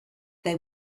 they